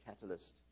catalyst